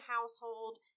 household